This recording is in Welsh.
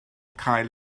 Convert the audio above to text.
cael